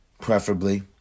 Preferably